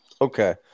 Okay